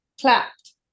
clapped